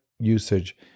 usage